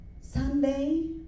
Sunday